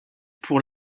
pour